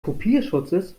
kopierschutzes